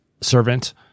servant